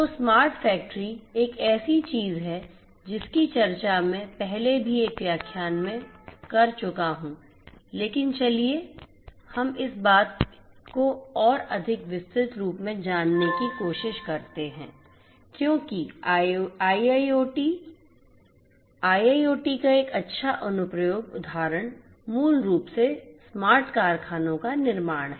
तो smart factory एक ऐसी चीज है जिसकी चर्चा मैं पहले भी एक व्याख्यान में कर चुका हूँ लेकिन चलिए हम इस विशेष बात को और अधिक विस्तृत रूप में जाने की कोशिश करते हैं क्योंकि IIoT IIoT का एक अच्छा अनुप्रयोग उदाहरण मूल रूप से स्मार्ट कारखानों का निर्माण है